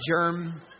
germ